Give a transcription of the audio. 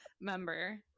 member